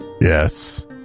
Yes